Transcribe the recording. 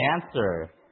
answer